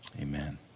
Amen